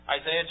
Isaiah